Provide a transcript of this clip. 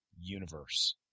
universe